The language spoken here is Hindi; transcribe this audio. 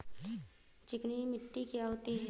चिकनी मिट्टी क्या होती है?